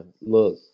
look